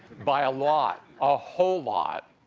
by a lot, a whole lot